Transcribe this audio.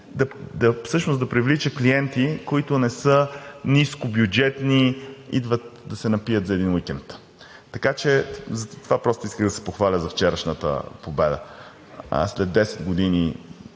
да привлича клиенти, които не са нискобюджетни, идват да се напият за един уикенд. Така че с това просто исках да се похваля за вчерашната победа след десет години